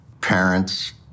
parents